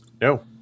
No